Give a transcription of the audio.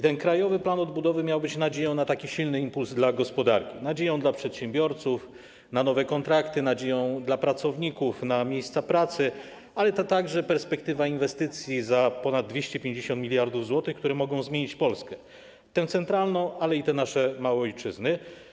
Ten Krajowy Plan Odbudowy miał być nadzieją na taki silny impuls dla gospodarki, nadzieją dla przedsiębiorców na nowe kontrakty, nadzieją dla pracowników na miejsca pracy, ale to także perspektywa inwestycji za ponad 250 mld zł, które mogą zmienić Polskę, tę centralną, ale też te nasze małe ojczyzny.